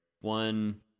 One